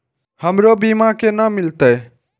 हमरो बीमा केना मिलते?